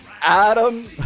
Adam